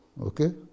okay